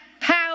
power